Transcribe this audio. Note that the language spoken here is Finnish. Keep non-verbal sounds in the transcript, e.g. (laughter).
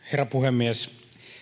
(unintelligible) herra puhemies